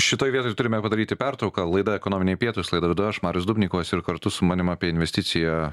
šitoj vietoj turime padaryti pertrauką laida ekonominiai pietūs laidą vedu aš marius dubnikovas ir kartu su manim apie investiciją